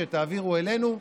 שתעבירו אלינו,